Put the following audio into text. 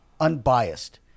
unbiased